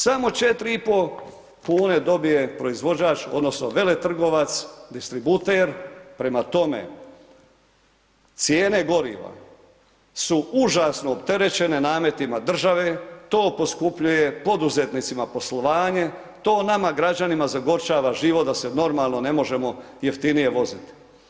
Samo 4,5 kuna donije proizvođač odnosno veletrgovac, distributer, prema tome, cijene goriva su užasno opterećene nametima države, to poskupljuje poduzetnicima poslovanje, to nama građanima zagorčava život da se normalno ne možemo jeftinije voziti.